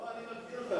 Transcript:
לא, אני מגדיר אותם.